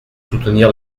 soutenir